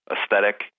aesthetic